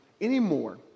anymore